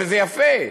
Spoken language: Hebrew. וזה יפה,